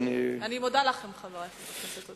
אני מודה לכם, חברי הכנסת.